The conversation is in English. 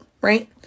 right